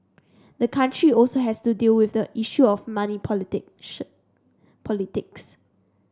the country also has to deal with the issue of money politic should politics